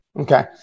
Okay